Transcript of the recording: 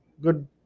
good